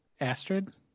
Astrid